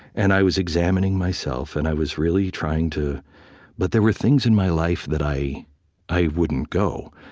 and i was examining myself, and i was really trying to but there were things in my life that i i wouldn't go.